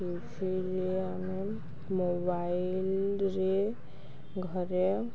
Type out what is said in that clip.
ଟିଭିରେ ଆମେ ମୋବାଇଲରେ ଘରେ